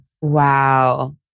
Wow